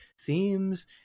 themes